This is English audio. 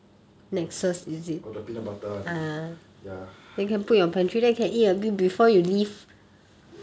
oh the peanut butter [one] ah ya